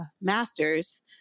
master's